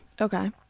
okay